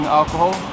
alcohol